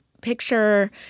picture